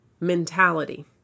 mentality